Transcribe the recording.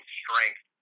strength